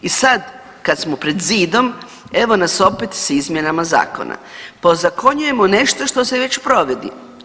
I sad kad smo pred zidom evo nas opet s izmjenama zakona pa ozakonjujemo nešto što se već provodi.